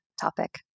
topic